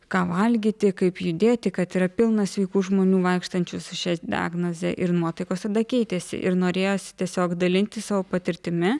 ką valgyti kaip judėti kad yra pilna sveikų žmonių vaikštančių su šia diagnoze ir nuotaikos tada keitėsi ir norėjosi tiesiog dalintis savo patirtimi